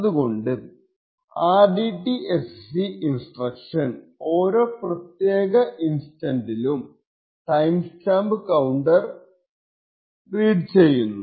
അതുകൊണ്ട് rdtsc instruction ഓരോ പ്രത്യേക ഇൻസിഡന്റിലും ടൈം സ്റ്റാമ്പ് കൌണ്ടർ റീഡ് ചെയ്യുന്നു